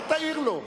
אל תעיר לו.